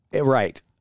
Right